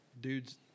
Dude's